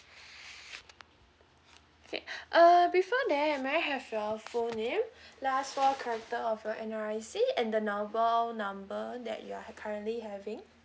okay err before that may I have your full name last four character of your N_R_I_C and the mobile number that you are ha~ currently having